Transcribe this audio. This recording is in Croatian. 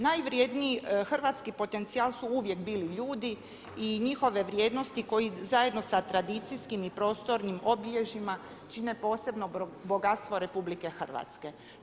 Najvrjedniji hrvatski potencijal su uvijek bili ljudi i njihove vrijednosti koji zajedno sa tradicijskim i prostornim obilježjima čine posebno bogatstvo Republike Hrvatske.